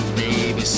baby